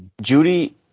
Judy